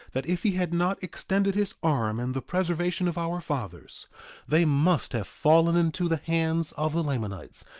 that if he had not extended his arm in the preservation of our fathers they must have fallen into the hands of the lamanites,